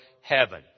heaven